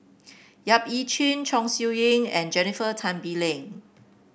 Yap Ee Chian Chong Siew Ying and Jennifer Tan Bee Leng